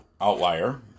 outlier